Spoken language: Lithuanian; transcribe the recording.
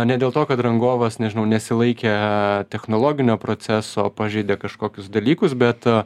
ne dėl to kad rangovas nežinau nesilaikė technologinio proceso pažeidė kažkokius dalykus bet